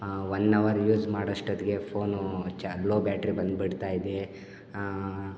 one hour use ಮಾಡಷ್ಟೊತ್ಗೆ phone ಚಾ ಲೋ ಬ್ಯಾಟ್ರಿ ಬಂದುಬಿಡ್ತಾಯಿದೆ ಆಂ